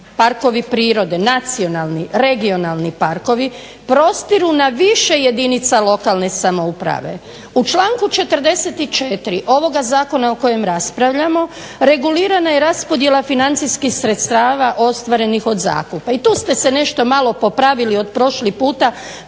parkovi prirode, nacionalni, regionalni parkovi, prostiru na više jedinica lokalne samouprave. U članku 44. ovoga zakona o kojem raspravljamo regulirana je raspodjela financijskih sredstava ostvarenih od zakupa i tu ste se nešto malo popravili od prošli puta